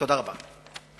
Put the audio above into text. תודה רבה.